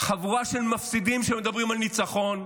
חבורה של מפסידים שמדברים על ניצחון.